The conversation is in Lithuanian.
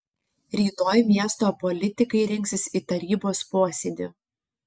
rytoj miesto politikai rinksis į tarybos posėdį